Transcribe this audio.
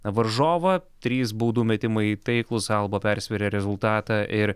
varžovą trys baudų metimai taiklūs alba persvėrė rezultatą ir